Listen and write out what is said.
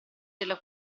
della